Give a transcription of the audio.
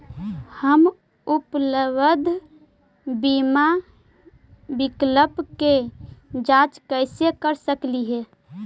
हम उपलब्ध बीमा विकल्प के जांच कैसे कर सकली हे?